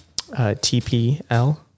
TPL